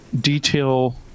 detail